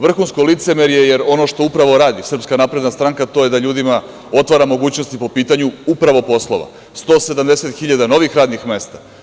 Vrhunsko licemerje, jer ono što upravo radi SNS to je da ljudima otvara mogućnosti po pitanju upravo poslova, 170 hiljada novih radnih mesta.